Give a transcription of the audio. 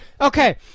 Okay